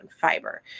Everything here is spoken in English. fiber